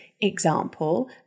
example